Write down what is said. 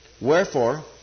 Wherefore